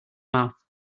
mouth